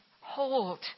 hold